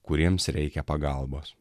kuriems reikia pagalbos